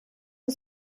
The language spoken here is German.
für